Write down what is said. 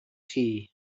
tea